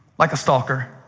like a stalker.